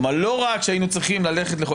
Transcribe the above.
כלומר לא רק שהיינו צריכים ללכת לחוק,